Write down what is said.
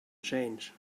change